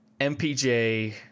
MPJ